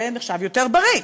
זה נחשב יותר בריא.